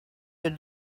your